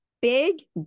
big